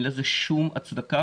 אין לזה שום הצדקה,